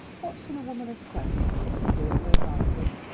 what can a woman of sense see in it worth her valuing?